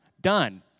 Done